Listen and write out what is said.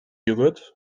yogurt